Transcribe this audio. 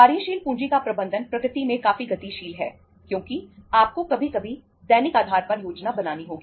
कार्यशील पूंजी का प्रबंधन प्रकृति में काफी गतिशील है क्योंकि आपको कभी कभी दैनिक आधार पर योजना बनानी होगी